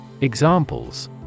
Examples